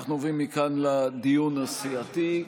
אנחנו עוברים מכאן לדיון הסיעתי,